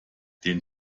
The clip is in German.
den